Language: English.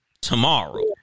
tomorrow